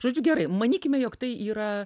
žodžiu gerai manykime jog tai yra